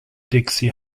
dixie